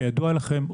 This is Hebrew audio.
כידוע לכם,